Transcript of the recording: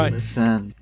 Listen